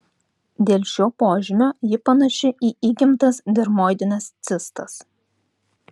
dėl šio požymio ji panaši į įgimtas dermoidines cistas